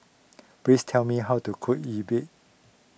please tell me how to cook Yi Bua